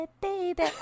baby